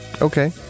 Okay